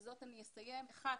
האחד,